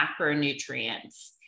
macronutrients